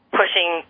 pushing